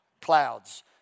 clouds